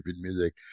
music